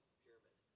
pyramid